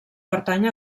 pertany